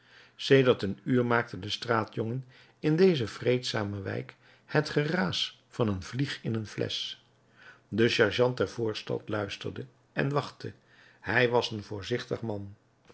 sedert een uur maakte de straatjongen in deze vreedzame wijk het geraas van een vlieg in een flesch de sergeant der voorstad luisterde en wachtte hij was een voorzichtig man